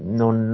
non